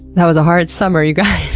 that was a hard summer you guys.